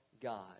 God